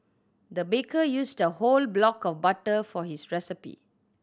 the baker used a whole block of butter for this recipe